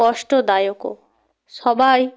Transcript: কষ্টদায়কও সবাই